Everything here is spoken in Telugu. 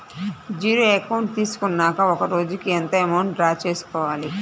జీరో అకౌంట్ తీసుకున్నాక ఒక రోజుకి ఎంత అమౌంట్ డ్రా చేసుకోవాలి?